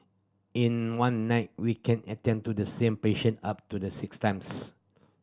in one night we can attend to the same patient up to the six times